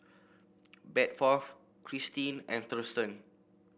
Bedford Kristine and Thurston